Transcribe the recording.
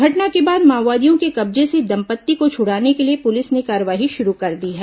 घटना के बाद माओवादियों के कब्जे से दंपत्ति को छुड़ाने के लिए पुलिस ने कार्रवाई शुरू कर दी है